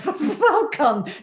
welcome